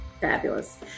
Fabulous